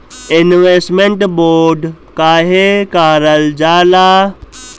Investment bond काहे कारल जाला?